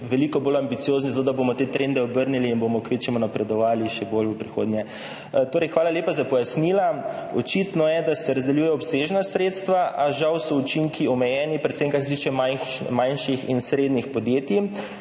veliko bolj ambiciozni, zato da bomo te trende obrnili in bomo kvečjemu v prihodnje še bolj napredovali. Hvala lepa za pojasnila. Očitno je, da se razdeljujejo obsežna sredstva, a žal so učinki omejeni, predvsem kar se tiče manjših in srednjih podjetij.